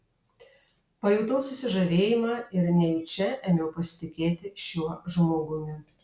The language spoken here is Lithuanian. pajutau susižavėjimą ir nejučia ėmiau pasitikėti šiuo žmogumi